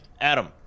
Adam